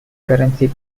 currency